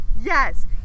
Yes